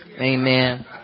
Amen